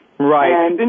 Right